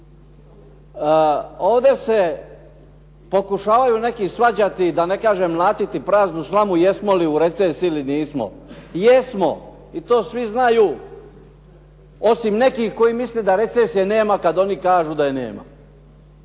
Ovdje se pokušavaju neki svađati, da ne kažem mlatiti praznu slamu jesmo li u recesiji ili nismo. Jesmo i to svi znaju osim nekih koji misle da recesije nema kad oni kažu da je nema.